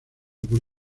por